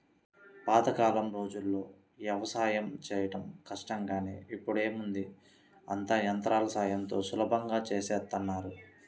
పాతకాలం రోజుల్లో యవసాయం చేయడం కష్టం గానీ ఇప్పుడేముంది అంతా యంత్రాల సాయంతో సులభంగా చేసేత్తన్నారు